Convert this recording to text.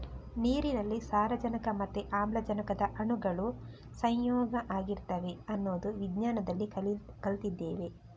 ನೀರಿನಲ್ಲಿ ಸಾರಜನಕ ಮತ್ತೆ ಆಮ್ಲಜನಕದ ಅಣುಗಳು ಸಂಯೋಗ ಆಗಿರ್ತವೆ ಅನ್ನೋದು ವಿಜ್ಞಾನದಲ್ಲಿ ಕಲ್ತಿದ್ದೇವೆ